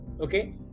okay